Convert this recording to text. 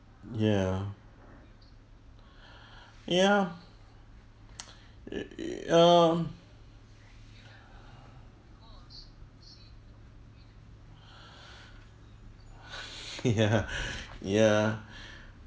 ya ya it it um ya ya